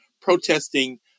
protesting